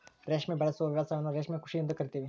ರೇಷ್ಮೆ ಉಬೆಳೆಸುವ ವ್ಯವಸಾಯವನ್ನ ರೇಷ್ಮೆ ಕೃಷಿ ಎಂದು ಕರಿತೀವಿ